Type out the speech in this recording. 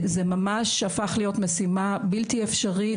זה ממש הפך להיות משימה בלתי אפשרית.